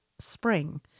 spring